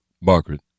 Margaret